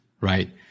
right